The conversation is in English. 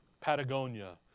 Patagonia